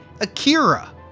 Akira